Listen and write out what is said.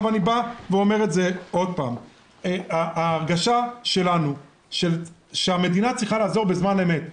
אני אומר שוב שהמדינה צריכה לעזור בזמן אמת.